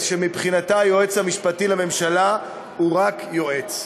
שמבחינתה היועץ המשפטי לממשלה הוא רק יועץ.